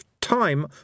time